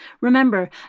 Remember